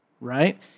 right